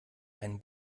einen